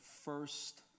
first